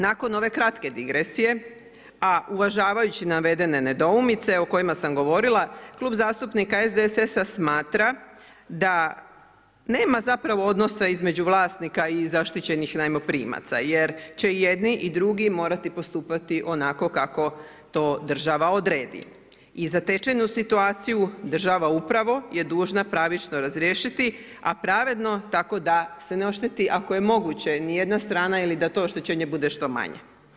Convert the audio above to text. Nakon ove kratke digresije, a uvažavajući navedene nedoumice o kojima sam govorila Klub zastupnika SDSS-a smatra da nema zapravo odnosa između vlasnika i zaštićenih najmoprimaca jer će i jedni i drugi morati postupati onako kako to država odredi i zatečenu situaciju država upravo je dužna pravično razriješiti, a pravedno tako da se ne ošteti ako je moguće ni jedna strana ili da to oštećenje bude što manje.